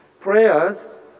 prayers